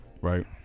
right